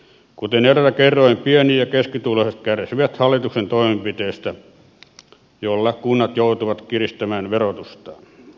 kuten edellä kerroin pieni ja keskituloiset kärsivät hallituksen toimenpiteistä joilla kunnat joutuvat kiristämään verotustaan